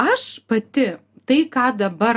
aš pati tai ką dabar